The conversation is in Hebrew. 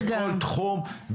בכל תחום,